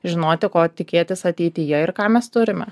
žinoti ko tikėtis ateityje ir ką mes turime